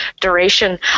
duration